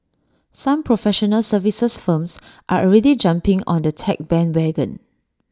some professional services firms are already jumping on the tech bandwagon